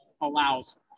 allows